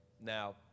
Now